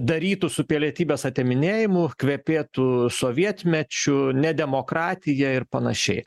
darytų su pilietybės atiminėjimu kvepėtų sovietmečiu ne demokratija ir panašiai